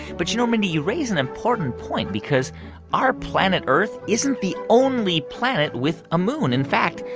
but you know, mindy, you raise an important point because our planet earth isn't the only planet with a moon. in fact,